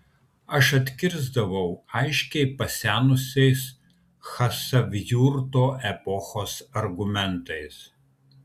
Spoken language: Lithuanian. aš atkirsdavau aiškiai pasenusiais chasavjurto epochos argumentais